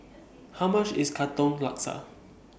How much IS Katong Laksa